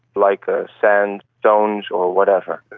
like ah sand, stones or whatever.